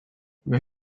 when